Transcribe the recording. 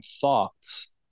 thoughts